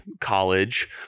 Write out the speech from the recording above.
College